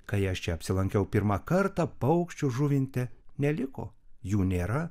kai aš čia apsilankiau pirmą kartą paukščių žuvinte neliko jų nėra